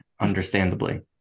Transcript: understandably